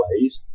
ways